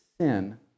sin